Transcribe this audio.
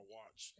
watch